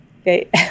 okay